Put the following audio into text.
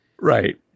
Right